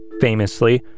famously